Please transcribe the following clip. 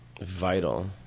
vital